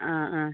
ആ ആ